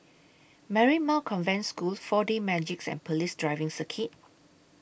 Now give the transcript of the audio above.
Marymount Convent School four D Magix and Police Driving Circuit